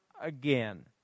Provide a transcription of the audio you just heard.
again